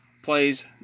plays